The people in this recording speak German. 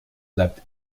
bleibt